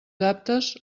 aptes